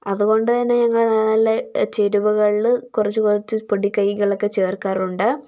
അതുകൊണ്ട് തന്നെ ഞങ്ങൾ നല്ല ചേരുവകളിൽ കുറച്ച് കുറച്ച് പൊടിക്കൈകളൊക്കെ ചേർക്കാറുണ്ട്